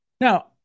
Now